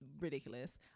ridiculous